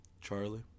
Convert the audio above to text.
Charlie